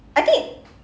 I think